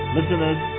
Listeners